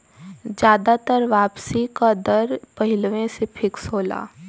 जादातर वापसी का दर पहिलवें से फिक्स होला